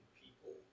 people